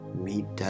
meet